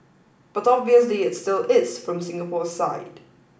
but obviously it still is from Singapore's side